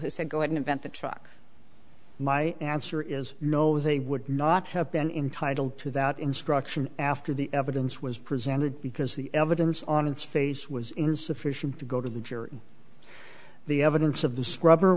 said go at an event the truck my answer is no they would not have been entitle to that instruction after the evidence was presented because the evidence on its face was insufficient to go to the jury the evidence of the scrubber